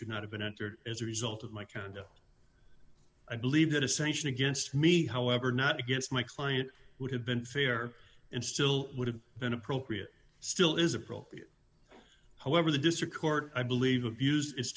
should not have been entered as a result of my condo i believe that a sanction against me however not against my client would have been fair and still would have been appropriate still is appropriate however the district court i believe abused it